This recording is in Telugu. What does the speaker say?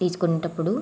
తీసుకునేటప్పుడు